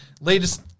Latest